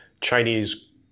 Chinese